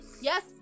yes